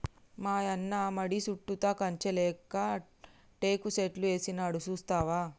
మాయన్న మడి సుట్టుతా కంచె లేక్క టేకు సెట్లు ఏసినాడు సూస్తివా